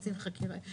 קצין חקירות,